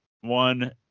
one